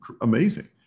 amazing